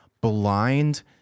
blind